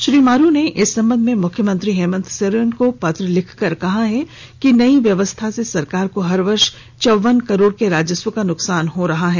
श्री मारू ने इस संबंध में मुख्यमंत्री हेमंत सोरेन को पत्र लिखकर कहा है कि नयी व्यवस्था से सरकार को हर वर्ष चौवन करोड़ के राजस्व का नुकसान हो रहा है